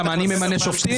למה, אני ממנה שופטים?